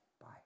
Bye